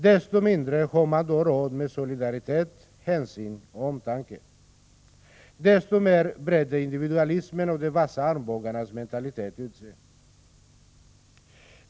Desto mindre har man då råd med solidaritet, hänsyn och omtanke. Desto mer breder individualismen och de vassa armbågarnas mentalitet ut sig.